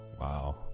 Wow